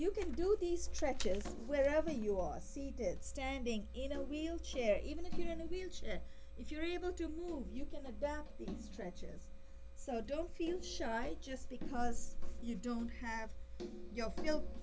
can do these stretches wherever you are seated standing in a wheelchair even if you're in a wheelchair if you're able to move you can adapt in stretches so don't feel shy just because you don't have your feel